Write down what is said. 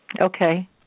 Okay